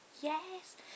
yes